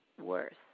worth